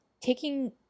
taking